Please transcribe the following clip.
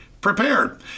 prepared